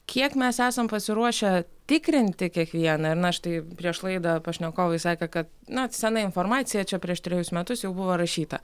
kiek mes esam pasiruošę tikrinti kiekvieną ir na štai prieš laidą pašnekovai sakė kad na sena informacija čia prieš trejus metus jau buvo rašyta